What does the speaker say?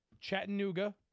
Chattanooga